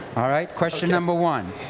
all right? question number one.